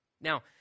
Now